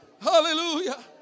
hallelujah